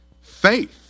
Faith